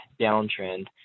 downtrend